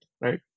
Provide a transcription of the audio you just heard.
right